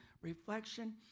reflection